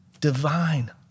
Divine